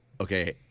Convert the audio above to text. okay